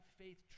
faith